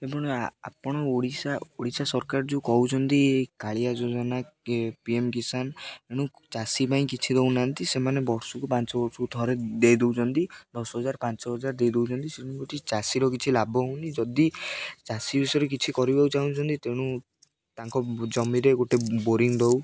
ଏବଂ ଆପଣ ଓଡ଼ିଶା ଓଡ଼ିଶା ସରକାର ଯେଉଁ କହୁଛନ୍ତି କାଳିଆ ଯୋଜନା ପି ଏମ୍ କିଷାନ୍ ତେଣୁ ଚାଷୀ ପାଇଁ କିଛି ଦେଉନାହାନ୍ତି ସେମାନେ ବର୍ଷକୁ ପାଞ୍ଚ ବର୍ଷକୁ ଥରେ ଦେଇଦେଉଛନ୍ତି ଦଶ ହଜାର ପାଞ୍ଚ ହଜାର ଦେଇଦେଉଛନ୍ତି ତେଣୁ ଗୋଟେ ଚାଷୀର କିଛି ଲାଭ ହଉନି ଯଦି ଚାଷୀ ବିଷୟରେ କିଛି କରିବାକୁ ଚାହୁଁଛନ୍ତି ତେଣୁ ତାଙ୍କ ଜମିରେ ଗୋଟେ ବୋରିଂ ଦେଉ